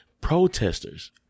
protesters